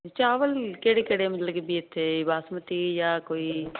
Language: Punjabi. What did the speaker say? ਚਾਵਲ ਕਿਹੜੇ ਕਿਹੜੇ ਬਾਸਮਤੀ ਜਾਂ ਕੋਈ